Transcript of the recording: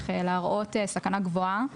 להראות סכנה גבוהה.